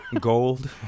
gold